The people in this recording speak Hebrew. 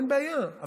אין בעיה.